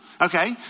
Okay